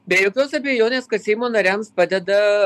be jokios abejonės kad seimo nariams padeda